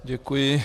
Děkuji.